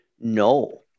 no